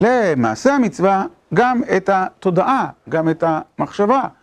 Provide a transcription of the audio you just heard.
למעשה המצווה גם את התודעה, גם את המחשבה.